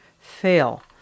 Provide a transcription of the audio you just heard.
fail